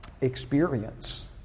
experience